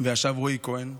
ישב רועי כהן,